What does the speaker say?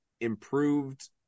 improved